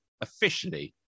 officially